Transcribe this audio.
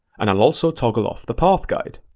and i'll also toggle off the path guide.